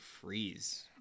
freeze